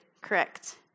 Correct